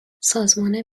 سازمان